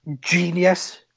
genius